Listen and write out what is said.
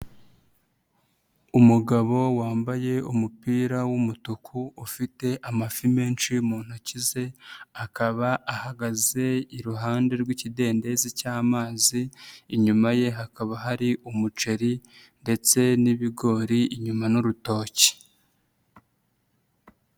Umugabo wambaye umupira w'umutuku ufite amafi menshi mu ntoki ze akaba ahagaze iruhande rw'ikidendezi cy'amazi, inyuma ye hakaba hari umuceri ndetse n'ibigori, inyuma n'urutoki.